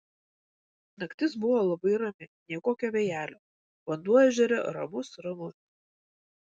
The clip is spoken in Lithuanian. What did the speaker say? naktis buvo labai rami nė kokio vėjelio vanduo ežere ramus ramus